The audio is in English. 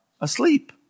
asleep